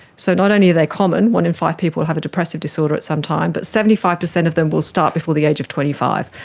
so, not only are they common, one in five people have a depressive disorder at some time, but seventy five percent of them will start before the age of twenty five.